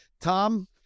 Tom